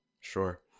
Sure